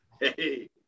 hey